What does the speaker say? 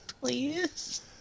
Please